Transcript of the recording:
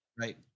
Right